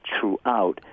throughout